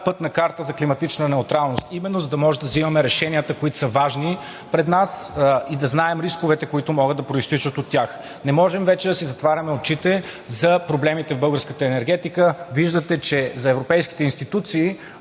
пътна карта за климатична неутралност, именно за да може да взимаме решенията, които са важни пред нас и да знаем рисковете, които могат да произтичат от тях. Не можем вече да си затваряме очите за проблемите в българската енергетика. Виждате, че за европейските институции